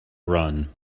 run